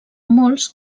molts